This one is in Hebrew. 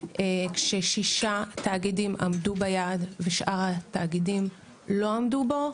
כש-6 תאגידים עמדו ביעד ושאר התאגידים לא עמדו בו,